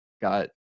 got, –